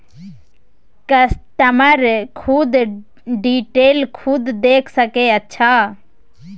customer खुद detail खुद देख सके अच्छा